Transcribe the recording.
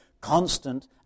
constant